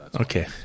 Okay